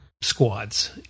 squads